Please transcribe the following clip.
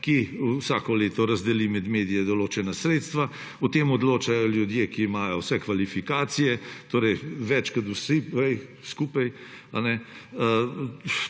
ki vsako leto razdeli med medije določena sredstva. O tem odločajo ljudje, ki imajo vse kvalifikacije, torej več kot vsi prej